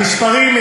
המספרים,